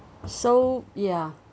so ya